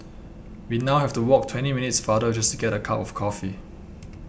we now have to walk twenty minutes farther just to get a cup of coffee